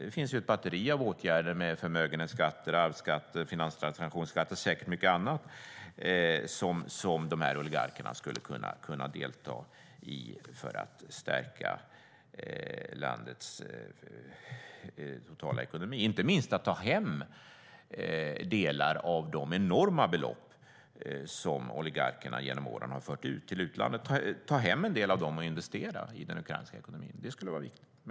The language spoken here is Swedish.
Det finns ett batteri av åtgärder med förmögenhetsskatter, arvsskatter, finanstransaktionsskatter och säkert mycket annat som oligarkerna skulle kunna delta i för att stärka landets totala ekonomi. Det handlar inte minst om att ta hem delar av de enorma belopp som oligarkerna genom åren har fört ut till utlandet. Ta hem en del av dem och investera i den ukrainska ekonomin! Det skulle vara viktigt.